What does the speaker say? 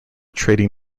trading